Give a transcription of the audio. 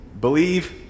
believe